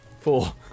Four